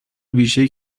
بیشهای